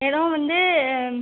எதுவும் வந்து